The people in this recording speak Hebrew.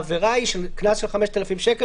הקנס הוא 5,000 שקלים,